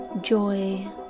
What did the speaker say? joy